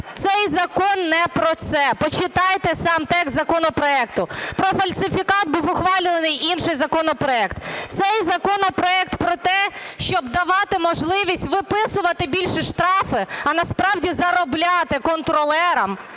Цей закон не про це, почитайте сам текст законопроекту. Про фальсифікат був ухвалений інший законопроект. Цей законопроект про те, щоб давати можливість виписувати більші штрафи, а насправді заробляти контролерам